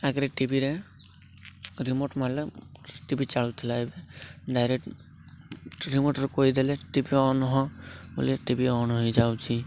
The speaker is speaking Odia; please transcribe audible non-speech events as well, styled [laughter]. ଆଗରେ ଟିଭିରେ ରିମୋଟ୍ ମାରିଲେ ଟି ଭି ଚାଳୁଥିଲା ଏବେ ଡାଇରେକ୍ଟ ରିମୋଟ୍ରେ କହିଦେଲେ T V on [unintelligible] T V on ହେଇଯାଉଛି